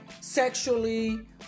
sexually